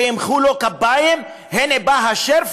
שימחאו לו כפיים: הנה בא השריף,